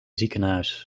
ziekenhuis